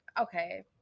okay